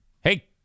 Hey